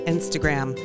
Instagram